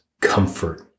comfort